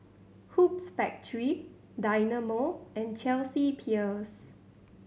Hoops Factory Dynamo and Chelsea Peers